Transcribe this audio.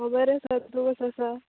हांव बरें आसा तूं कसो आसा